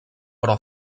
però